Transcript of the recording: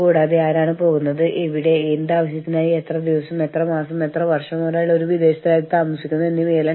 കൂടാതെ ഇത് ഓരോ വ്യവസായത്തിന്റെ തരം അനുസരിച്ച് വ്യത്യസ്തമായിരിക്കും ഖനന വ്യവസായത്തിൽ വ്യത്യസ്തമായിരിക്കും